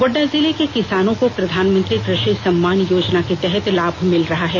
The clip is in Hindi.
गोड़डा जिले के किसानों को प्रधानमंत्री कृषि सम्मान योजना के तहत लाभ मिल रहा है